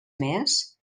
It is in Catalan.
més